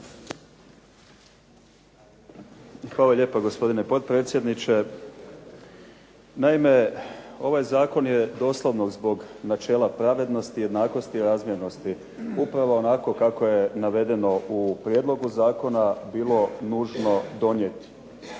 Hvala lijepa gospodine potpredsjedniče. Naime, ovaj zakon je doslovno zbog načela pravednosti, jednakosti i razmjernosti. Upravo onako kako je navedeno u prijedlogu zakona bilo nužno donijeti.